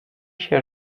się